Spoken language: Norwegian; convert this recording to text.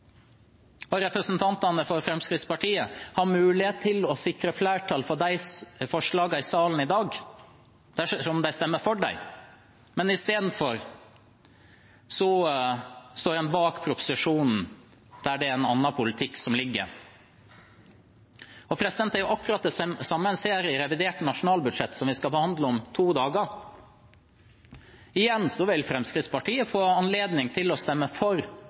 gode. Representantene for Fremskrittspartiet har mulighet til å sikre flertall for de forslagene i salen i dag, dersom de stemmer for dem, men istedenfor står de bak proposisjonen, der det er en annen politikk som ligger. Det er akkurat det samme en ser i revidert nasjonalbudsjett, som vi skal behandle om to dager. Igjen vil Fremskrittspartiet få anledning til å stemme for